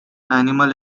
animal